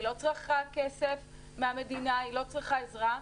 היא לא צריכה כסף מהמדינה, היא לא צריכה עזרה.